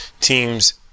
teams